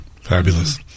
Fabulous